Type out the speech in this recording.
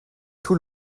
tout